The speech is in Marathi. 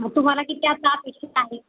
मग तुम्हाला किती आता अपेक्षित आहे